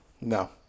no